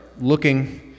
looking